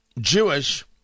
Jewish